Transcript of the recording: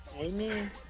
Amen